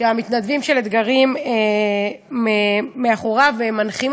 כשהמתנדבים של "אתגרים" מאחוריו ומנחים